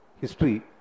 history